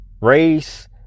race